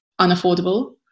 unaffordable